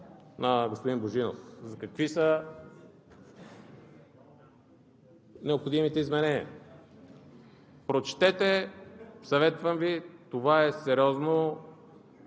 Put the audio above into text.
на господин Божинов: какви са необходимите изменения? Прочетете, съветвам Ви, това е сериозна